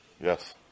Yes